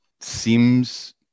seems